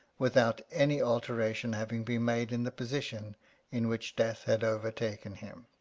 without any altera tion having been made in the position in which death had overtaken him.